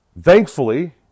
thankfully